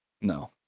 No